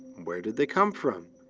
where do they come from?